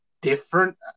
different